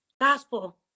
gospel